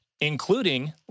including